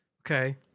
Okay